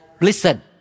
listen